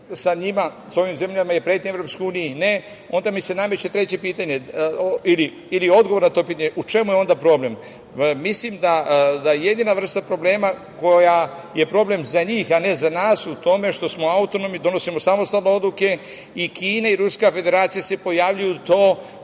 saradnja sa ovim zemljama je pretnja EU? Ne. Onda mi se nameće treće pitanje ili odgovor na to pitanje – u čemu je onda problem? Mislim da jedina vrsta problema koja je problem za njih, a ne za nas je u tome što smo autonomni, donosimo samostalno odluke. I Kina i Ruska Federacija se pojavljuju u